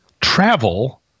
travel